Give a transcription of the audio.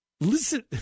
listen